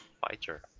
fighter